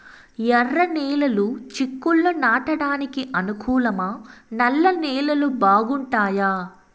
ఎర్రనేలలు చిక్కుళ్లు నాటడానికి అనుకూలమా నల్ల నేలలు బాగుంటాయా